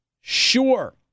sure